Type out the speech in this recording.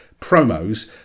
promos